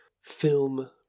film